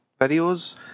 videos